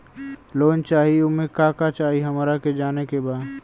Loan चाही उमे का का चाही हमरा के जाने के बा?